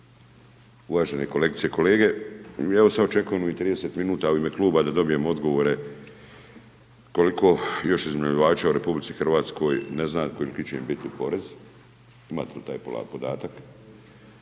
uvažene kolegice i kolege. Ja samo očekujem u ovih 30 minuta u ime kluba da dobijem odgovore koliko još iznajmljivača u RH ne zna koliki će im biti porez. Imate li taj podatak?